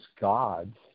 gods